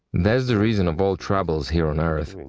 that's the reason of all troubles here on earth, i mean